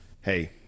hey